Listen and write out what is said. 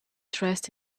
dressed